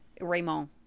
Raymond